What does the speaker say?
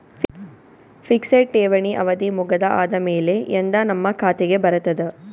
Fixed ಠೇವಣಿ ಅವಧಿ ಮುಗದ ಆದಮೇಲೆ ಎಂದ ನಮ್ಮ ಖಾತೆಗೆ ಬರತದ?